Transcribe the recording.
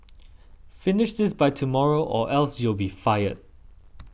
finish this by tomorrow or else you'll be fired